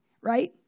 right